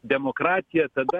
demokratija tada